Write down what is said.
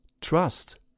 trust